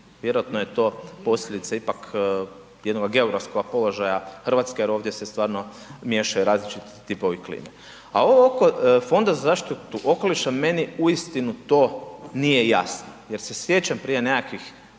vjerojatno je to posljedica ipak jednoga geografskoga položaja Hrvatske jer ovdje se stvarno miješaju različiti tipovi klime. A ovo oko Fonda za zaštitu okoliša, meni uistinu to nije jasno jer se sjećam prije nekakvih 4,